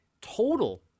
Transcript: total